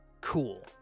Cool